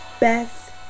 best